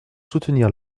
soutenir